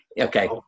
Okay